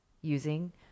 using